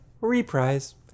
Reprise